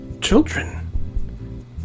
children